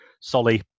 Solly